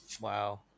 Wow